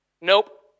nope